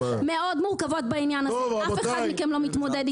הבעיה היא לא רק שופרסל,